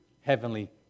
heavenly